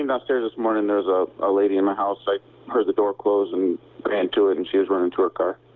um downstairs and there's ah a lady in the house. i heard the door close and ran to it and she was running to her car.